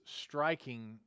striking